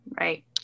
right